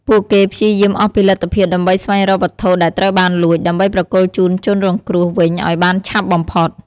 ពួកគេព្យាយាមអស់ពីលទ្ធភាពដើម្បីស្វែងរកវត្ថុដែលត្រូវបានលួច ដើម្បីប្រគល់ជូនជនរងគ្រោះវិញឲ្យបានឆាប់បំផុត។